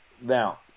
Now